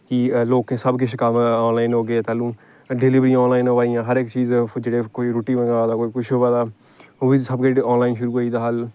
कि लोकें सब किश कम्म आनलाइन होगे तैह्लूं डिलीवरियां आनलाइन होआ दियां हर इक चीज जेह्ड़ा कोई रोटी मंगवा दा कोई कुछ होआ दा ओह् बी सब किश आनलाइन शुरू होई गेदा हा